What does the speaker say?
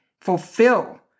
fulfill